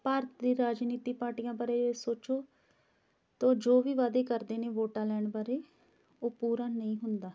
ਭਾਰਤ ਦੀ ਰਾਜਨੀਤੀ ਪਾਰਟੀਆਂ ਬਾਰੇ ਸੋਚੋ ਤੋ ਜੋ ਵੀ ਵਾਅਦੇ ਕਰਦੇ ਨੇ ਵੋਟਾਂ ਲੈਣ ਬਾਰੇ ਉਹ ਪੂਰਾ ਨਹੀਂ ਹੁੰਦਾ